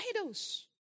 idols